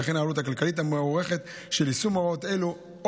וכן על העלות הכלכלית המוערכת של יישום הוראות אלו.